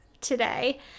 today